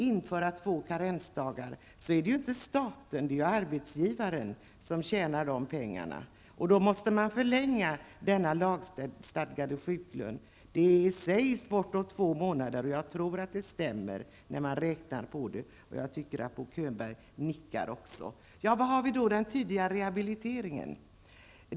Det är ju inte staten utan arbetsgivaren som tjänar på införandet av två karensdagar, och därför måste den lagstadgade sjuklönen förlängas, som det sägs med bortåt två månader, och jag tror att det visar sig att det stämmer när man räknar på det. Jag tycker mig också se att Bo Könberg nickar. Hur är det då med den tidiga rehabiliteringen?